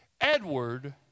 Edward